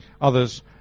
Others